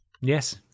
Yes